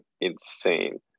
insane